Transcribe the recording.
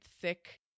thick